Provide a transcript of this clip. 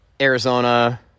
Arizona